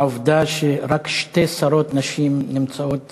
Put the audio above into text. העובדה שרק שתי שרות נשים נמצאות